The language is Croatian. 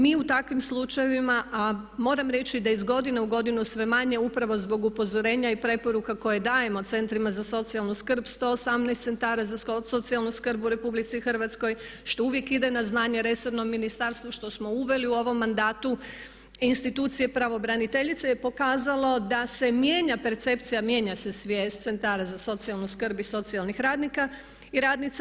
Mi u takvim slučajevima a moram reći da iz godine u godinu sve manje upravo zbog upozorenja i preporuka koje dajmo centrima za socijalnu skrb 118 centara za socijalnu skrb u RH što uvijek ide na znanje resornom ministarstvu što smo uveli u ovom mandatu, institucije pravobraniteljice je pokazalo da se mijenja percepcija, mijenja se svijest centara za socijalnu skrb i socijalnih radnika i radnica.